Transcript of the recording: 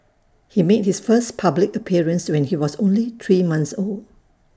he made his first public appearance when he was only three month old